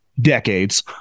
decades